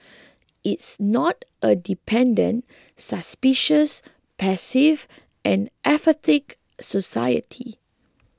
it's not a dependent suspicious passive and apathetic society